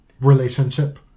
relationship